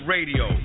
Radio